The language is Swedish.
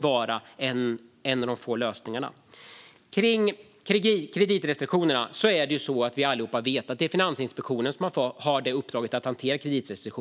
Vad gäller kreditrestriktionerna vet vi alla att det är Finansinspektionen som har i uppdrag att hantera dem.